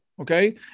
okay